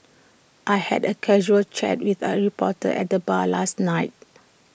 I had A casual chat with A reporter at the bar last night